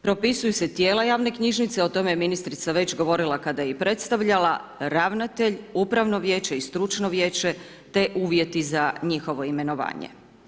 Propisuju se tijela javne knjižnice, o tome je ministrica već govorila kada je i predstavljala, ravnatelj, upravno vijeće i stručno vijeće te uvjeti za njihovo imenovanje.